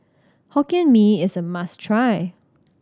Hokkien Mee is a must try